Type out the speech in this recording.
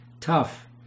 tough